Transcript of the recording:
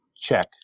check